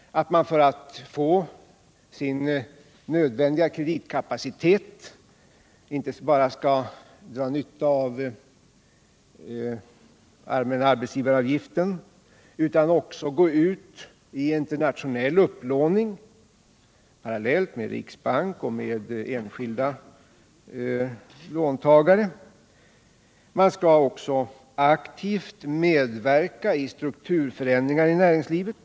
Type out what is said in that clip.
För att få sin nödvändiga kreditkapacitet skall den inte bara dra nytta av den allmänna arbetsgivaravgiften utan också gå ut i internationell upplåning parallellt med riksbank och med enskilda låntagare. För det andra skall man aktivt medverka i strukturförändringar inom näringslivet.